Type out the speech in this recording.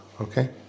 Okay